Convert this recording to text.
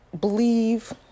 believe